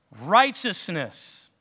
Righteousness